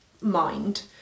mind